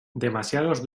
demasiados